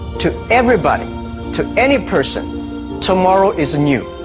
to everybody to any person tomorrow is new